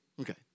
Okay